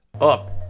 up